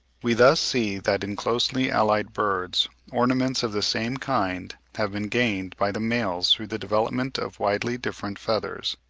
we thus see that in closely-allied birds ornaments of the same kind have been gained by the males through the development of widely different feathers.